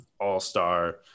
all-star